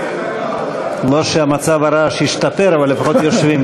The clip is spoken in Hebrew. לא שמצב הרעש השתפר, אבל לפחות יושבים.